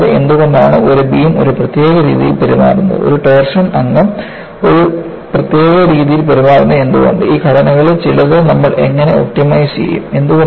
അതില്ലാതെഎന്തുകൊണ്ടാണ് ഒരു ബീം ഒരു പ്രത്യേക രീതിയിൽ പെരുമാറുന്നത് ഒരു ടോർഷൻ അംഗം ഒരു പ്രത്യേക രീതിയിൽ പെരുമാറുന്നത് എന്തുകൊണ്ട് ഈ ഘടനകളിൽ ചിലത് നമ്മൾ എങ്ങനെ ഒപ്റ്റിമൈസ് ചെയ്യും